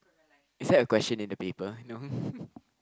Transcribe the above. is that a question in the paper no